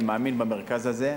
אני מאמין במרכז הזה.